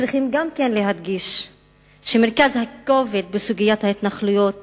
צריכים גם כן להדגיש שמרכז הכובד בסוגיית ההתנחלויות